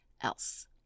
else